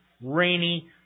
rainy